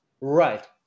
Right